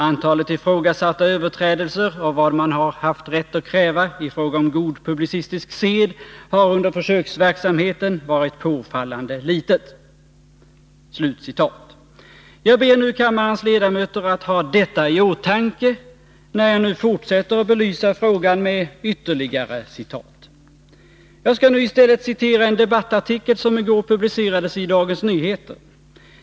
Antalet ifrågasatta överträdelser av vad man kan ha haft rätt att kräva i fråga om god publicistisk sed har under försöksverksamheten varit påfallande litet.” Jag ber kammarens ledamöter att ha detta i åtanke när jag fortsätter att belysa frågan med ytterligare citat. Jag skall nu i stället citera en debattartikel som i går publicerades i Dagens Nyheter.